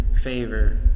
favor